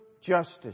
justice